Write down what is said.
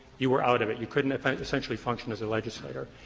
you were out of it. you couldn't essentially function as a legislator,